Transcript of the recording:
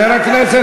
ואני אומר את זה,